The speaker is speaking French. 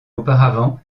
auparavant